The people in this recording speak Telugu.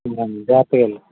ఇదిగో అమ్మా జాగ్రత్తగా వేళ్ళు